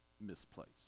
misplaced